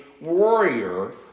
warrior